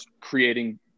creating